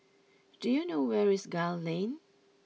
do you know where is Gul Lane